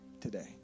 today